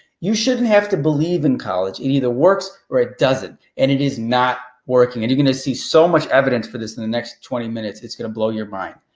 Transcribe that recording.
you shouldn't have to believe in college. it either works, or it doesn't, and it is not working. and you're gonna see so much evidence for this in the next twenty minutes, it's gonna blow your mind.